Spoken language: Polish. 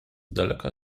daleka